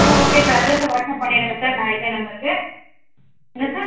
okay sir அட்ரெஸ்ஸை WhatsApp பண்ணிவிடுங்க sir நான் இதே நம்பருக்கு என்ன சார்